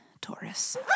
Taurus